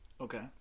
Okay